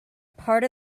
part